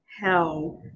hell